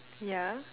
yeah